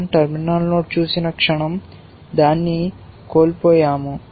మన০ terminal node చూసిన క్షణం దాన్ని కోల్పోయాము